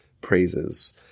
praises